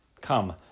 Come